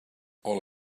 all